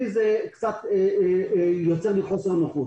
לי זה יוצר קצת חוסר נוחות.